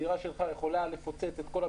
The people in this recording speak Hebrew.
הדירה שלך יכולה לפוצץ את כל הבניין,